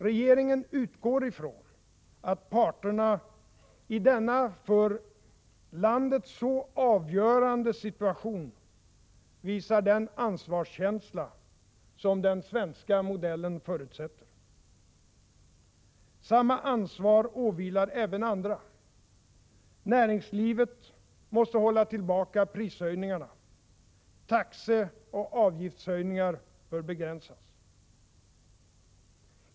Regeringen utgår ifrån att parterna i denna för landet så avgörande situation visar den ansvarskänsla som den svenska modellen förutsätter. Samma ansvar åvilar även andra. Näringslivet måste hålla tillbaka prishöjningarna. Taxeoch avgiftshöjningar bör begränsas.